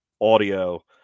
audio